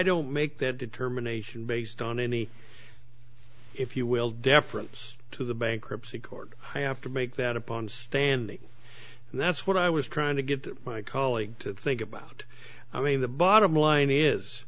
don't make that determination based on any if you will deference to the bankruptcy court i have to make that upon standing and that's what i was trying to get my colleague to think about i mean the bottom line is